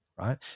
right